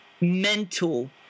mental